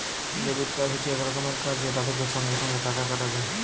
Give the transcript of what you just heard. debit card হচ্যে এক রকমের কার্ড যেটা থেক্যে সঙ্গে সঙ্গে টাকা কাটা যায়